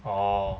orh